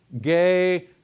gay